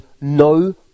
no